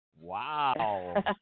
Wow